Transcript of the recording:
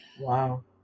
Wow